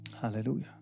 Hallelujah